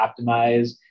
optimize